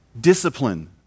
discipline